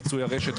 במיצוי הרשת,